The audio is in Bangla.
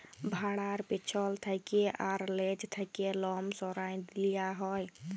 ভ্যাড়ার পেছল থ্যাকে আর লেজ থ্যাকে লম সরাঁয় লিয়া হ্যয়